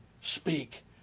speak